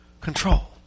control